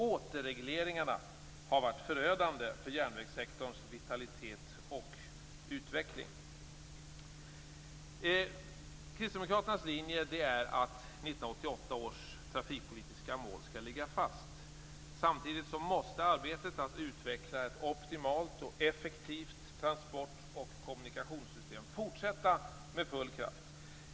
Återregleringarna har varit förödande för järnvägssektorns vitalitet och utveckling. Kristdemokraternas linje är att 1988 års trafikpolitiska mål skall ligga fast. Samtidigt måste arbetet med att utveckla ett optimalt och effektivt transportoch kommunikationssystem fortsätta med full kraft.